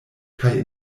kaj